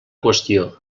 qüestió